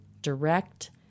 direct